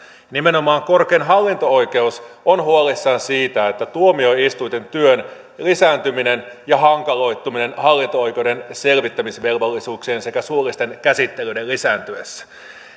nimenomaan korkein hallinto oikeus on huolissaan siitä että uhkaa tuomioistuinten työn lisääntyminen ja hankaloituminen hallinto oikeuden selvittämisvelvollisuuksien sekä suullisten käsittelyiden lisääntyessä